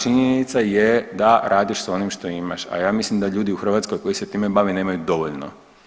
Činjenica je da radiš sa onim što imaš, a ja mislim da ljudi u Hrvatskoj koji se time bave nemaju dovoljno.